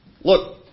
Look